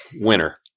winner